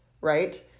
right